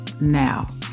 now